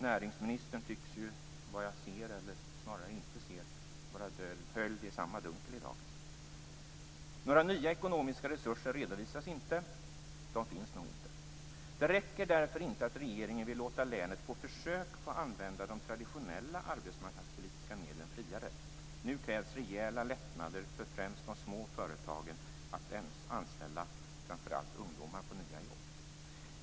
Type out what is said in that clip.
Näringsministern tycks såvitt jag ser, eller snarare inte ser, vara höljd i samma dunkel i dag. Några nya ekonomiska resurser redovisas inte, de finns nog inte. Det räcker därför inte att regeringen vill låta länet på försök få använda de traditionella arbetmarknadspolitiska medlen friare. Nu krävs rejäla lättnader för främst de små företagen när det gäller att anställa framför allt ungdomar på nya jobb.